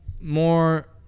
more